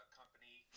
company